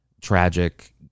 tragic